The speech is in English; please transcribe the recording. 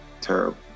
terrible